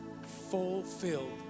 fulfilled